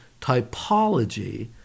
Typology